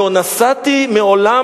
לא נסעתי מעולם